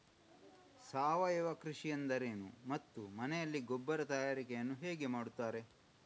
ಸಾವಯವ ಕೃಷಿ ಎಂದರೇನು ಮತ್ತು ಮನೆಯಲ್ಲಿ ಗೊಬ್ಬರ ತಯಾರಿಕೆ ಯನ್ನು ಹೇಗೆ ಮಾಡುತ್ತಾರೆ?